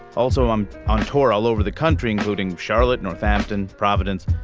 also i'm on tour all over the country including charlotte northampton providence.